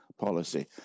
policy